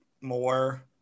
more